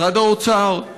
משרד האוצר,